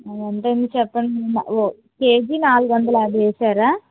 ఎంత అయింది చెప్పండి కేజీ నాలుగు వందల యాభై వేశారా